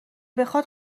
بخاد